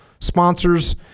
sponsors